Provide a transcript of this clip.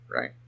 right